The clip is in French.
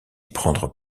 prendre